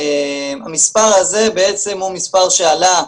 המספר הזה הוא מספר שעלה,